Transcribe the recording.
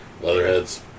Leatherheads